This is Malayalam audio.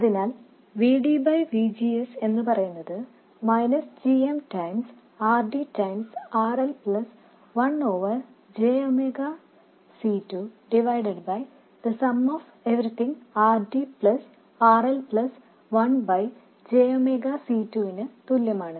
അതിനാൽ VD V GS എന്നുപറയുന്നത് മൈനസ് g m ഗുണനം RD ഗുണനം RL plus 1 over j omega C2 divided by എല്ലാത്തിന്റെയും തുക RD plus RL plus 1 by j omega C2 നു തുല്യമാണ്